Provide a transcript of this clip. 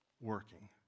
working